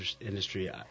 industry